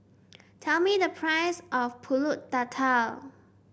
tell me the price of pulut Tatal